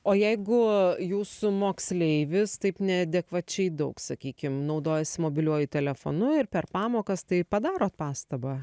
o jeigu jūsų moksleivis taip neadekvačiai daug sakykim naudojasi mobiliuoju telefonu ir per pamokas tai padarot pastabą